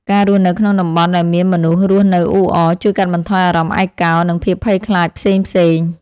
ការរស់នៅក្នុងតំបន់ដែលមានមនុស្សរស់នៅអ៊ូអរ ជួយកាត់បន្ថយអារម្មណ៍ឯកោ និងភាពភ័យខ្លាចផ្សេងៗ។